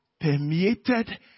Permeated